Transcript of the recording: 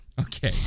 Okay